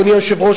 אדוני היושב-ראש,